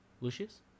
Lucius